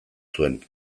zuen